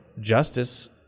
justice